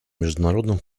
международным